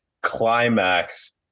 climax